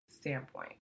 standpoint